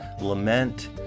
lament